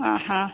ആ ഹാ